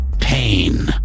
Pain